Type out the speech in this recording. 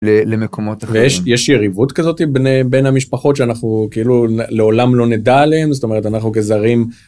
יש שיריבות כזאת בין המשפחות שאנחנו כאילו לעולם לא נדע עליהן זאת אומרת אנחנו כזרים.